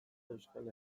euskal